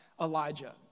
Elijah